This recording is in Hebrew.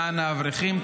למען האברכים,